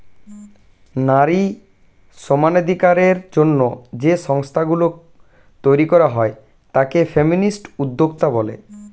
নারী সমানাধিকারের জন্য যে সংস্থা গুলো তৈরী করা হয় তাকে ফেমিনিস্ট উদ্যোক্তা বলে